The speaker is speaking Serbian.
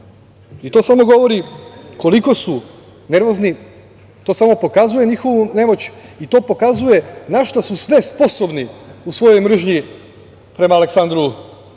samo govori koliko su nervozni, to samo pokazuje njihovu nemoć i to pokazuje na šta su sve sposobni u svojoj mržnji prema Aleksandru